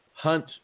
Hunt